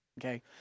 Okay